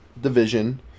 division